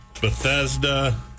Bethesda